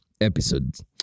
episodes